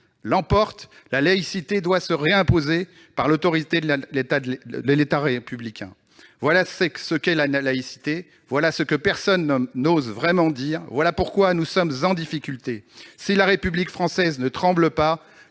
l'emporte, la laïcité doit se réimposer par l'autorité de l'État républicain. Voilà ce qu'est la laïcité, voilà ce que personne n'ose vraiment dire, voilà pourquoi nous sommes en difficulté ! Si la République française ne tremble pas,